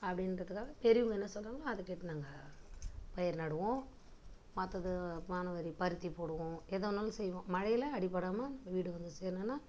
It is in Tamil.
அப்படிங்குறத்துக்காக பெரியவங்க என்ன சொல்கிறாங்களோ அதைக் கேட்டு நாங்கள் பயிர் நடுவோம் மற்றது மானாவாரி பருத்தி போடுவோம் எதை வேணாலும் செய்வோம் மழையில அடிப்படாமல் வீடு வந்து சேரணுன்னா